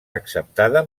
acceptada